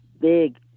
big